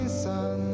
sun